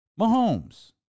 Mahomes